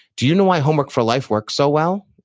do you know why homework for life works so well?